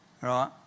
Right